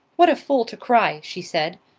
what a fool to cry! she said.